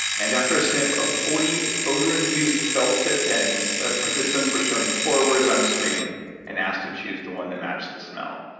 and after a sniff of forty odor-infused felt tip pens, the participants were shown forwards on a screen and asked to choose the one that matched the smell.